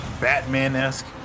Batman-esque